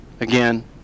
Again